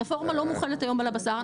הרפורמה לא מוחלת היום על הבשר,